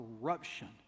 corruption